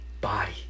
body